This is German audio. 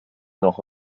noch